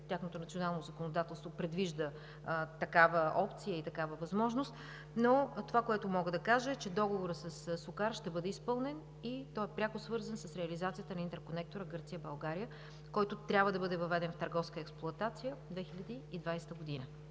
тяхното национално законодателство предвижда такава опция и такава възможност. Но това, което мога да кажа, е, че договорът със „Сокар“ ще бъде изпълнен, и той е пряко свързан с реализацията на интерконектора Гърция – България, който трябва да бъде въведен в търговска експлоатация 2020 г.